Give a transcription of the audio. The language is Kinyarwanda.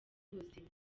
ubuzima